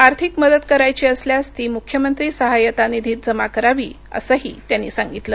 आर्थिक मदत करायची असल्यास ती मुख्यमंत्री सहायता निधीत जमा करावी असेही त्यांनी सांगितले